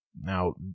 Now